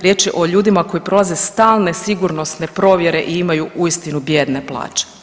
Riječ je o ljudima koji prolaze stalne sigurnosne provjere i imaju uistinu bijedne plaće.